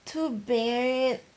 too bad